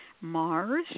Mars